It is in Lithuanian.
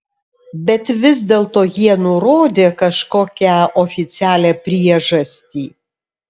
bet vis dėlto jie nurodė kažkokią oficialią priežastį